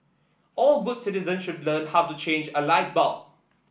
all good citizens should learn how to change a light bulb